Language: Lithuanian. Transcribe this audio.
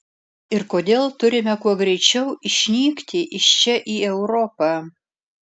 ir kodėl turime kuo greičiau išnykti iš čia į europą